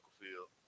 field